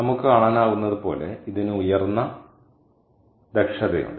നമുക്ക് കാണാനാകുന്നതുപോലെ ഇതിന് ഉയർന്ന ദക്ഷതയുണ്ട്